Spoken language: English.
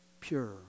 pure